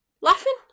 Laughing